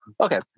Okay